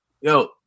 yo